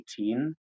18